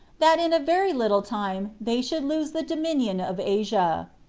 that in a very little time they should lose the dominion of asia.